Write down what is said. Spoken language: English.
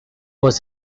was